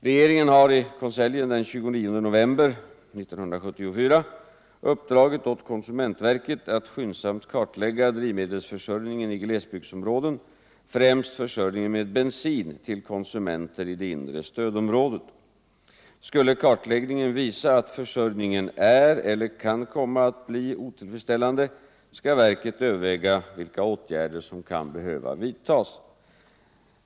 Regeringen har i konseljen den 29 november 1974 uppdragit åt konsumentverket att skyndsamt kartlägga drivmedelsförsörjningen i glesbygdsområden, främst försörjningen med bensin till konsumenter i det inre stödområdet. Skulle kartläggningen visa att försörjningen är eller kan komma att bli otillfredsställande skall verket överväga vilka åtgärder som kan behöva vidtas.